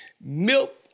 Milk